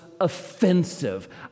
offensive